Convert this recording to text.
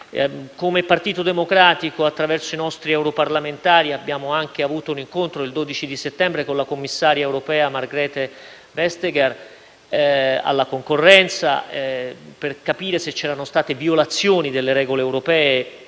Come Partito Democratico, attraverso i nostri europarlamentari, abbiamo anche avuto un incontro, il 12 settembre, con il commissario europeo per la concorrenza Margrethe Vestager, per capire se c'erano state violazioni delle regole europee